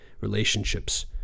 relationships